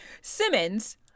Simmons